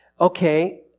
okay